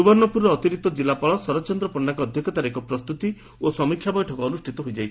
ସୁବର୍ଣ୍ଣପୁରର ଅତିରିକ୍ତ କିଲ୍ଲାପାଳ ଶରତ ଚନ୍ଦ୍ର ପଶ୍ତାଙ୍କ ଅଧ୍ଘଷତାରେ ଏକ ପ୍ରସ୍ତୁତି ଓ ସମୀକ୍ଷା ବୈଠକ ଅନୁଷ୍ଠିତ ହୋଇଯାଇଛି